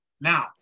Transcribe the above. Now